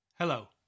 Hello